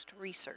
Research